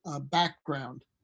background